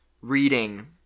reading